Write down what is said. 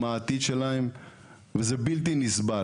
מה העתיד שלהם וזה בלתי נסבל.